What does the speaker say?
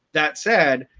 that said,